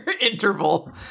interval